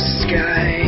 sky